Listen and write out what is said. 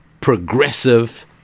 progressive